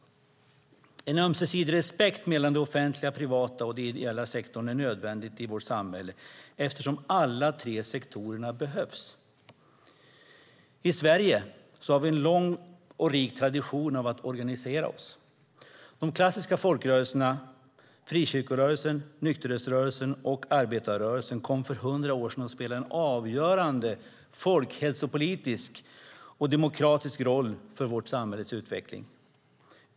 En ömsesidig respekt mellan det offentliga, det privata och den ideella sektorn är nödvändig i vårt samhälle, eftersom alla tre sektorer behövs. I Sverige har vi en lång och rik tradition av att organisera oss. De klassiska folkrörelserna frikyrkorörelsen, nykterhetsrörelsen och arbetarrörelsen kom för 100 år sedan att spela en avgörande folkhälsopolitisk och demokratisk roll för vårt samhälles utveckling.